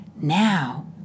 now